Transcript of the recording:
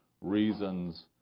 reasons